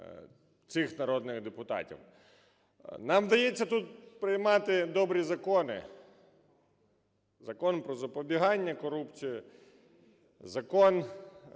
цих народних депутатів. Нам вдається тут приймати добрі закони: Закон "Про запобігання корупції", Закон